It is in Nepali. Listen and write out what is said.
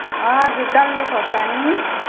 हजुर डल्ले खोर्सानी